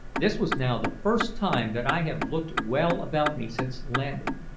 this was now the first time that i had looked well about me since landing,